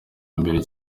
mbere